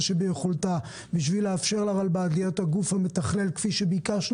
שביכולתה בשביל לאפשר לרלב"ד להיות הגוף המתכלל כפי שביקשנו